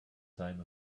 time